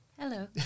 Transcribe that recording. Hello